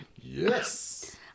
Yes